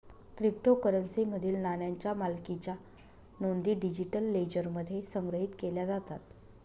क्रिप्टोकरन्सीमधील नाण्यांच्या मालकीच्या नोंदी डिजिटल लेजरमध्ये संग्रहित केल्या जातात